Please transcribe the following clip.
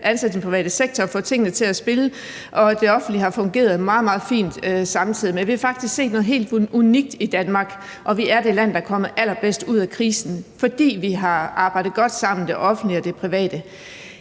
ansat i den private sektor, og fået tingene til at spille, og det offentlige har samtidig fungeret meget, meget fint. Vi har faktisk set noget helt unikt i Danmark, og vi er det land, der er kommet allerbedst ud af krisen, fordi vi har arbejdet godt sammen i det offentlige og det private.